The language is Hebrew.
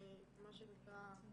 מה שנקרא,